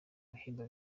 bihembo